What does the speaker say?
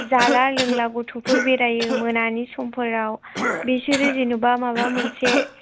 जाला लोंला गथ'फोर बेरायो मोनानि समफोराव बिसोरो जेनेबा माबा मोनसे